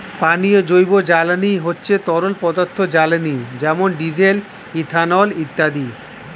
পানীয় জৈব জ্বালানি হচ্ছে তরল পদার্থ জ্বালানি যেমন ডিজেল, ইথানল ইত্যাদি